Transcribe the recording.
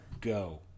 go